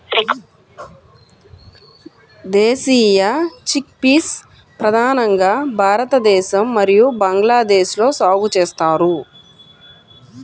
దేశీయ చిక్పీస్ ప్రధానంగా భారతదేశం మరియు బంగ్లాదేశ్లో సాగు చేస్తారు